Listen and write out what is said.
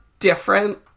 different